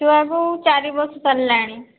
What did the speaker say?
ଛୁଆକୁ ଚାରି ବର୍ଷ ଚାଲିଲାଣି